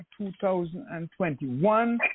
2021